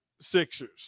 Sixers